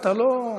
אתה לא,